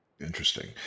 Interesting